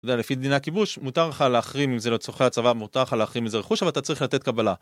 אתה יודע, לפי דיני הכיבוש מותר לך להחרים אם זה לצורכי הצבא מותר לך להחרים איזה רכוש אבל אתה צריך לתת קבלה